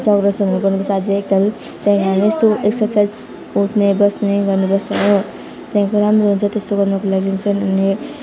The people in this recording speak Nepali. चक्रासनहरू गर्नु पर्छ अझ एक ताल त्याँदेखिको हामी यस्तो एक्सर्साइज उठ्ने बस्ने गर्नु पर्छ हो त्यहाँदेखि राम्रो हुन्छ त्यस्तो गर्नुको लागि चाहिँ अनि